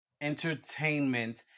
entertainment